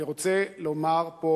אני רוצה לומר פה,